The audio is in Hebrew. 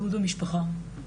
ואלימות במשפחה.